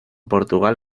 portugal